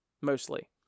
mostly